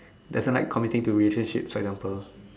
doesn't like committing to relationships for example